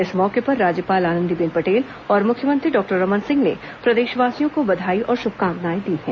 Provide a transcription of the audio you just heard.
इस मौके पर राज्यपाल आनंदीबेन पटेल और मुख्यमंत्री डॉक्टर रमन सिंह ने प्रदेशवासियों को बधाई और शुभकामनाएं दी हैं